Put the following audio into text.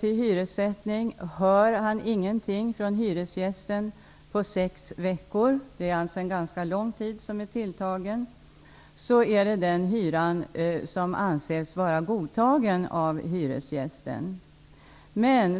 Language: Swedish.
till hyressättning. Hör han inte av hyresgästen på sex veckor -- det är ganska lång tid tilltagen -- anses hyran vara godtagen av hyresgästen.